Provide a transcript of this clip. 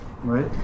right